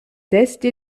testi